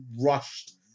rushed